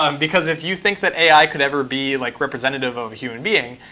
um because if you think that ai could ever be like representative of a human being,